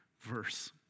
verse